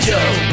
Joe